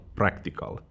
practical